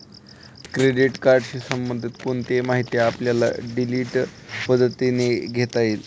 credit कार्डशी संबंधित कोणतीही माहिती आपल्याला डिजिटल पद्धतीने घेता येईल